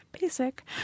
Basic